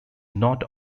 not